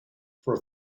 for